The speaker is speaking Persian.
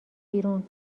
بیرون